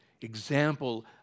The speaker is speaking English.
example